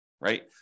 right